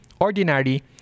ordinary